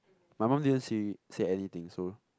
my mum didn't see say anything so